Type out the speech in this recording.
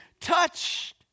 touched